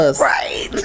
Right